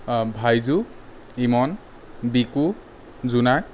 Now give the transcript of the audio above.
অঁ ভাইজো ইমন বিকু জোনাক